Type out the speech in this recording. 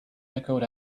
echoed